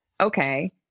okay